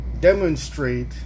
demonstrate